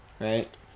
Right